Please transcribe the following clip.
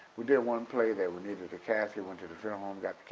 we did one play that we needed a casket, went to the funeral home, got